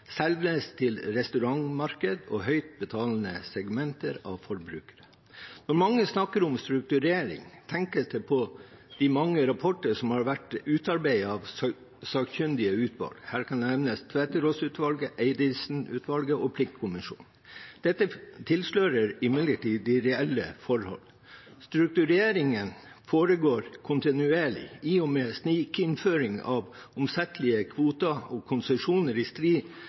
selges til restaurantmarked og høyt betalende segmenter av forbrukere. Når mange snakker om strukturering, tenkes det på de mange rapporter som har vært utarbeidet av sakkyndige utvalg. Her kan nevnes Tveterås-utvalget, Eidesen-utvalget og pliktkommisjonen. Dette tilslører imidlertid de reelle forhold. Struktureringen foregår kontinuerlig i og med snikinnføring av omsettelige kvoter og konsesjoner i strid